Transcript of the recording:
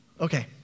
Okay